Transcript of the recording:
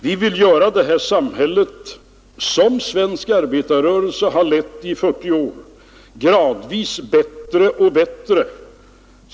Vi vill göra det här samhället, som svensk arbetarrörelse har lett under 40 år, gradvis bättre och bättre.